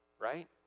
right